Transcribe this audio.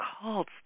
called